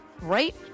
right